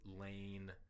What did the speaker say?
lane